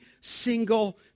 single